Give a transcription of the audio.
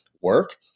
work